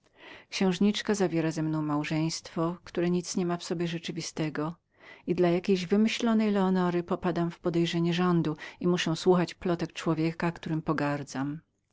księżniczka zawiera ze mną małżeństwo które nic niema w sobie rzeczywistego i dla jakiejś wymarzonej leonory popadam w podejrzenie rządu i muszę słuchać plotek człowieka którym pogardzam